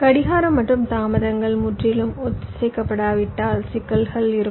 கடிகாரம் மற்றும் தாமதங்கள் முற்றிலும் ஒத்திசைக்கப்படாவிட்டால் சிக்கல் இருக்கும்